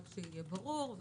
רק שיהיה ברור.